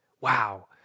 wow